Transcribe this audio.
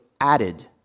added